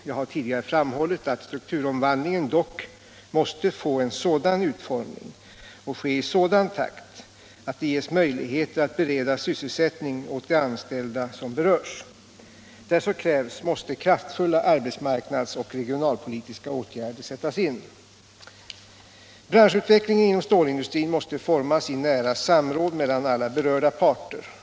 Jag har tidigare framhållit att strukturomvandlingen dock måste få en sådan utformning och ske i sådan takt att det ges möjligheter att bereda sysselsättning åt de anställda som berörs. Där så krävs måste kraftfulla Om hotet mot stålindustrin i Eskilstunaområdet Om hotet mot stålindustrin i Eskilstunaområdet Branschutvecklingen inom stålindustrin måste formas i nära samråd mellan alla berörda parter.